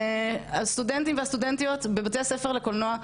הסטודנטים והסטודנטיות בבתי הספר לקולנוע,